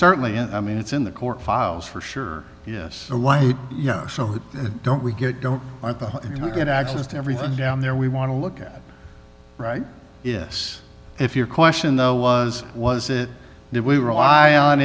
certainly an i mean it's in the court files for sure yes so why don't we get don't you know get access to everything down there we want to look at right yes if your question though was was it did we rely on